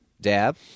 Dab